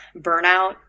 burnout